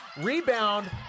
Rebound